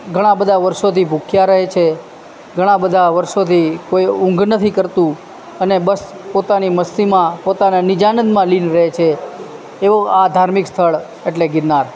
ઘણાં બધા વર્ષોથી ભૂખ્યા રહે છે ઘણાં બધા વર્ષોથી કોઈ ઊંઘ નથી કરતું અને બસ પોતાની મસ્તીમાં પોતાના નિજાનંદમાં લીન રહે છે એવું આ ધાર્મિક સ્થળ એટલે ગિરનાર